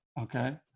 Okay